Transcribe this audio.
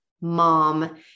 mom